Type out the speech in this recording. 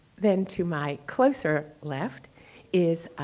then, to my closer left is